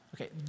Okay